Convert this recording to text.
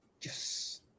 yes